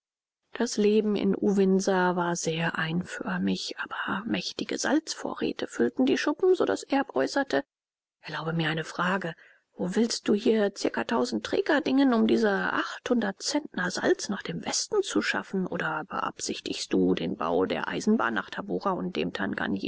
das leben in uvinsa war sehr einförmig aber mächtige salzvorräte füllten die schuppen so daß erb äußerte erlaube mir eine frage wo willst du hier zirka tausend träger dingen um diese achthundert zentner salz nach dem westen zu schaffen oder beabsichtigst du den bau der eisenbahn nach tabora und dem